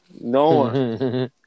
No